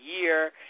year